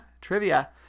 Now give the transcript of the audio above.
Trivia